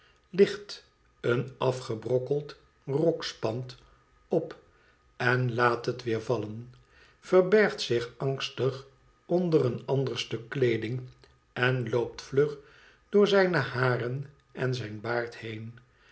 licht een afgebrokkeld rokspand op en laat het weer vallen verbergt zich angstig onder een ander stuk kleeding en loopt vlug door zijne haren en zijn baard heen